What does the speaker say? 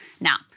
Now